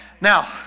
now